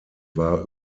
war